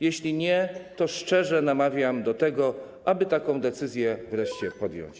Jeśli nie, to szczerze namawiam do tego, aby taką decyzję wreszcie podjąć.